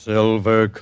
Silver